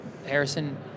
Harrison